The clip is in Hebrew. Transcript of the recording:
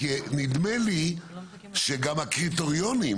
כי נדמה לי שגם הקריטריונים